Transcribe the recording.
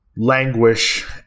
Languish